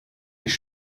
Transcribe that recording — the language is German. ich